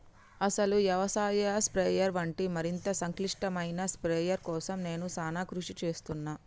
అసలు యవసాయ స్ప్రయెర్ వంటి మరింత సంక్లిష్టమైన స్ప్రయెర్ కోసం నేను సానా కృషి సేస్తున్నాను